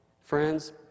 Friends